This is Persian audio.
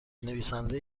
نویسنده